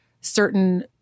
certain